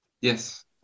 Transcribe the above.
Yes